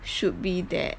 should be that